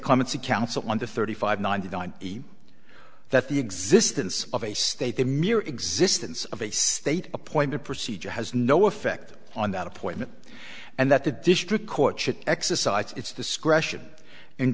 come and see counsel on the thirty five ninety nine that the existence of a state the mere existence of a state appointed procedure has no effect on that appointment and that the district court should exercise its discretion in